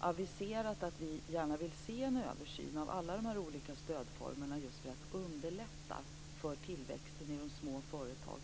aviserat att vi gärna vill se en översyn av alla de här olika stödformerna, just för att underlätta för tillväxten i de små företagen.